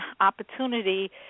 opportunity